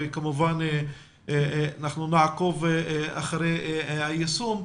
וכמובן אנחנו נעקוב אחרי היישום.